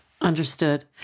Understood